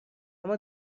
اما